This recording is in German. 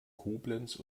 koblenz